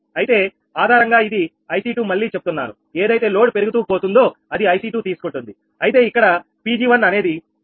అయితే ఆధారంగా ఇది IC2 మళ్లీ చెప్తున్నాను ఏదైతే లోడ్ పెరుగుతూ పోతుందో అది IC2 తీసుకుంటుంది అయితే ఇక్కడ Pg1 అనేది 46